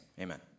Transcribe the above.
Amen